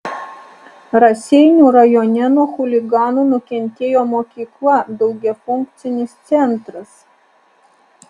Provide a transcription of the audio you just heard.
raseinių rajone nuo chuliganų nukentėjo mokykla daugiafunkcinis centras